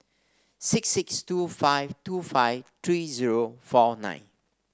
six six two five two five three zero four nine